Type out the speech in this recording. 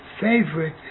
favorite